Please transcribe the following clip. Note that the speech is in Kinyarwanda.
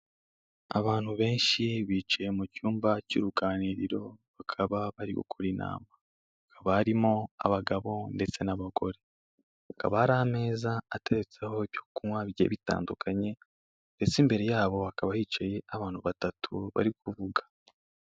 Abantu benshi bicaye mu cyumba cy'uruganiriro, bakaba bari gukora inama, hakaba harimo abagabo ndetse n'abagore, hakaba hari ameza atetseho ibyo kunywa bigiye bitandukanye ndetse imbere yabo hakaba hicaye abantu batatu bari kuvuga.